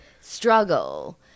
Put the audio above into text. struggle